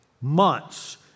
months